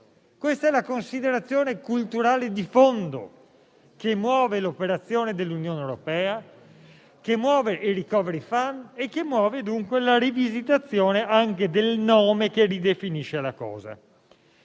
Questa è la considerazione culturale di fondo che muove l'operazione dell'Unione europea, il *recovery fund* e dunque la rivisitazione del nome che ridefinisce la cosa.